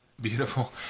Beautiful